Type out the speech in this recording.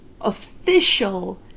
official